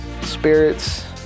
spirits